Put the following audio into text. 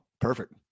perfect